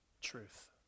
truth